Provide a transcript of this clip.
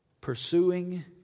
Pursuing